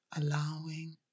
Allowing